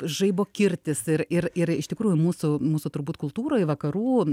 žaibo kirtis ir ir ir iš tikrųjų mūsų mūsų turbūt kultūroj vakarų